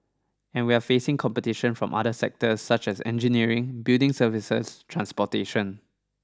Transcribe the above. and we're facing competition from the other sectors such as engineering building services transportation